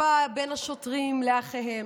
שרפה בין השוטרים לאחיהם,